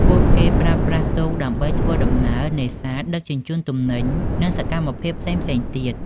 ពួកគេប្រើប្រាស់ទូកដើម្បីធ្វើដំណើរ នេសាទ ដឹកជញ្ជូនទំនិញ និងសកម្មភាពផ្សេងៗទៀត។